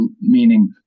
meaning